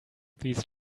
these